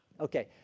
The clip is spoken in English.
Okay